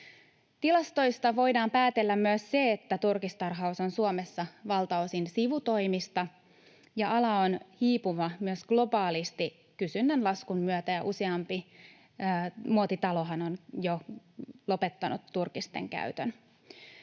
Tilastoista voidaan päätellä myös se, että turkistarhaus on Suomessa valtaosin sivutoimista, ja ala on hiipuva myös globaalisti kysynnän laskun myötä. Useampi muotitalohan on jo lopettanut turkisten käytön.